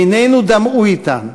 עינינו דמעו אתן,